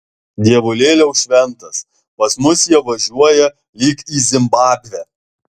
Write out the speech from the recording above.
dievulėliau šventas pas mus jie važiuoja lyg į zimbabvę